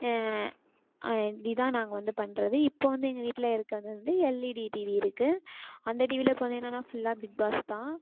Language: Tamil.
இதுதான் நாங்கள் வந்து பண்ணுறது இப்போது வந்து எங்கள் வீட்டில் இருக்கிறது வந்து எல்இடி டிவி இருக்குது அந்த டிவியில் பார்த்தீங்கன்னான்னா ஃபுல்லாக பிக்பாஸ் தான்